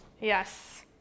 Yes